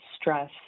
stress